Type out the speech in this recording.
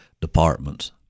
departments